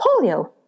polio